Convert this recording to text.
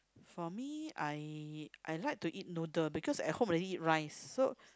for me I I like to eat noodle because at home already eat rice so